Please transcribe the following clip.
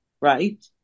right